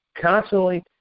constantly